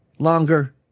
longer